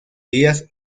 días